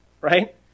right